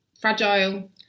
fragile